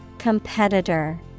Competitor